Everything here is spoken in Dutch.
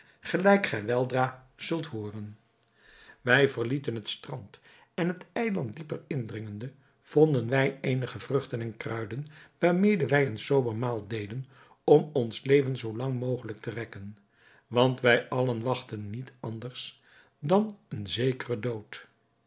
gelijk gij weldra zult hooren wij verlieten het strand en het eiland dieper indringende vonden wij eenige vruchten en kruiden waarmede wij een sober maal deden om ons leven zoo lang mogelijk te rekken want wij allen wachtten niet anders dan een zekeren dood